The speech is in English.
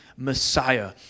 Messiah